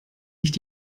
nicht